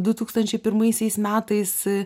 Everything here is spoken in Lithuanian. du tūkstančiai pirmaisiais metais